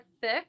thick